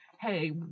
Hey